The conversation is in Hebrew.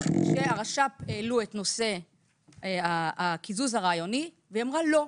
כאשר הרשות הפלסטינית העלתה את נושא הקיזוז הרעיוני והיא אמרה לא,